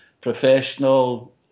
professional